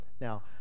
now